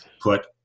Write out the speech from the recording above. put